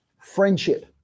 friendship